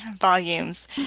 volumes